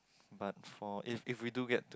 but for if if we do get to